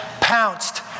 pounced